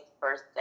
birthday